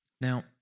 Now